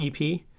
ep